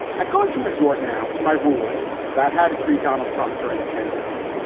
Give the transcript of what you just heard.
i'm going to resort now to my rule about how to treat donald trump during the pandemic.